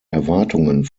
erwartungen